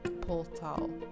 portal